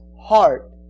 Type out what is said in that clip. heart